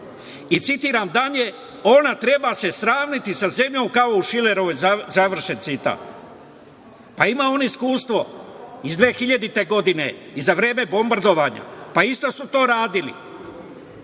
i citiram dalje: „Ona se treba sravniti sa zemljom kao u Šilerovoj“. Završen citat. Pa, ima on iskustvo iz 2000. godine i za vreme bombardovanja, isto su to radili,